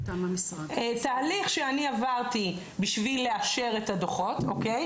תהליך שאני עברתי בשביל לאשר את הדו"חות, אוקיי?